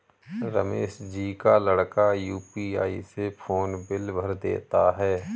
रमेश जी का लड़का यू.पी.आई से फोन बिल भर देता है